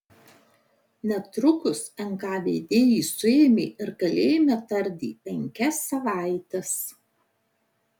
netrukus nkvd jį suėmė ir kalėjime tardė penkias savaites